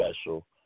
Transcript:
special